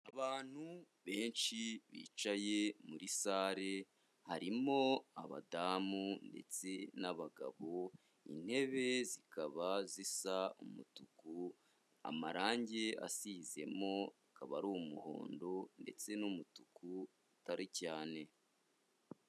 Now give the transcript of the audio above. Abantu benshi bicaye muri sale harimo abadamu ndetse n'abagabo, intebe zikaba zisa umutuku, amarangi asizemo akaba ari umuhondo ndetse n'umutuku utari cyane.